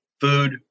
food